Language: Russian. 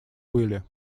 были